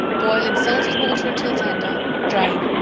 boil in salted water until tender drain.